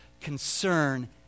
concern